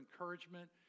encouragement